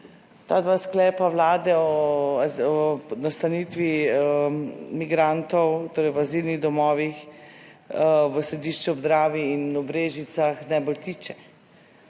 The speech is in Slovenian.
ta dva sklepa Vlade o nastanitvi migrantov, torej v azilnih domovih v Središču ob Dravi in v Brežicah najbolj tiče.